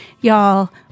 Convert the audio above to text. Y'all